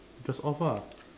just off ah